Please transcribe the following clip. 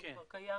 שהוא כבר קיים,